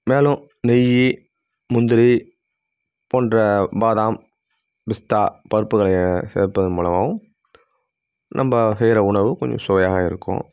மேலும் நெய் முந்திரி போன்ற பாதாம் பிஸ்தா பருப்புகளை சேர்ப்பதன் மூலமாகவும் நம்ம செய்கிற உணவு கொஞ்சம் சுவையாக இருக்கும்